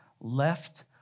left